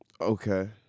Okay